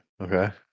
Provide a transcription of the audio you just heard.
Okay